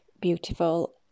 beautiful